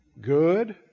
good